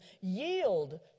yield